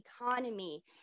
economy